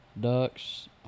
ducks